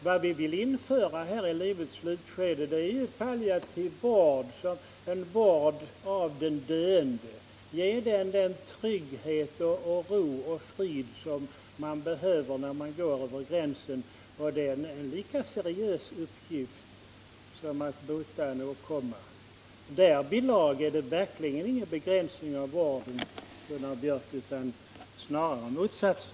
Vad vi vill införa i livets slutskede är att ge den döende den trygghet, ro och frid som man behöver när man går över gränsen. Det är en lika seriös uppgift som att bota en åkomma. Därvidlag är det verkligen inte fråga om någon begränsning av vården, Gunnar Biörck, utan snarare motsatsen.